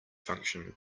function